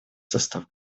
состав